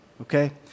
okay